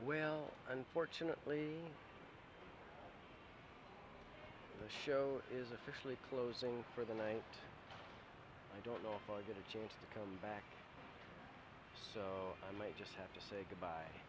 well unfortunately the show is officially closing for the night i don't know if i get a chance to come back i may just have to say goodbye